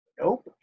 nope